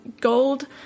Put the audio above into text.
gold